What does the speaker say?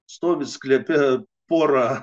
stovi sklepe pora